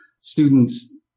students